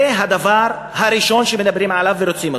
זה הדבר הראשון שמדברים עליו ורוצים אותו,